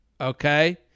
Okay